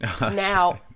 Now